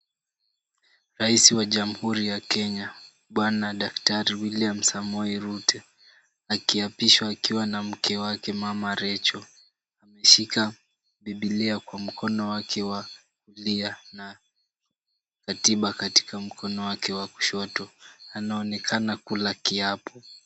Rais wa Jamhuri ya Kenya bwana daktari William Samoei Ruto ,akiapishwa akiwa na mke wake mama Rachel ,ameshika bibilia kwa mkono wake wa kulia na ratiba katika mkono wake wa kushoto, anaonekana kula kiapo.